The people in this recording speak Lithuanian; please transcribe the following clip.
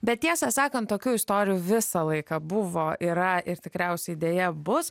bet tiesą sakant tokių istorijų visą laiką buvo yra ir tikriausiai deja bus